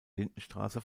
lindenstraße